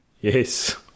Yes